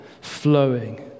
flowing